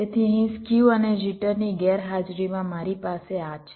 તેથી અહીં સ્ક્યુ અને જિટરની ગેરહાજરીમાં મારી પાસે આ છે